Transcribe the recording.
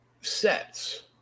sets